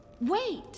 Wait